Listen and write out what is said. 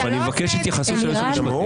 אבל אני מבקש התייחסות של היועץ המשפטי.